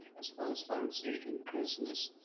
as well as pharmacy and business.